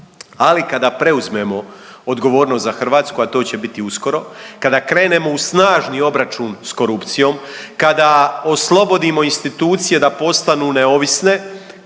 ali kada preuzmemo odgovornost za Hrvatsku, a to će biti uskoro, kada krenemo u snažni obračun s korupcijom, kada oslobodimo institucije da postanu neovisne,